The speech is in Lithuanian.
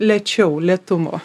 lėčiau lėtumo